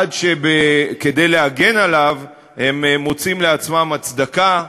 עד שכדי להגן עליו הם מוצאים לעצמם הצדקה,